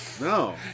No